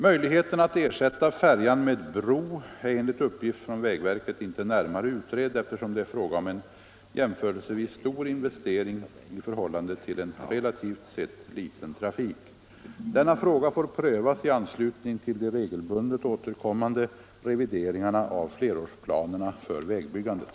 Möjligheten att ersätta färjan med bro är enligt uppgift från vägverket inte närmare utredd eftersom det är fråga om en jämförelsevis stor investering i förhållande till en relativt sett liten trafik. Denna fråga får prövas i anslutning till de regelbundet återkommande revideringarna av flerårsplanerna för vägbyggandet.